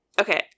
Okay